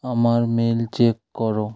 আমার mail check করো